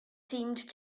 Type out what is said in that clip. seemed